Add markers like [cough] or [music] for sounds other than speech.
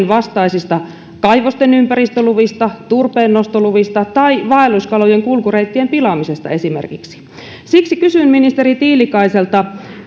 [unintelligible] vastaisista kaivosten ympäristöluvista turpeennostoluvista tai vaelluskalojen kulkureittien pilaamisesta siksi kysyn ministeri tiilikaiselta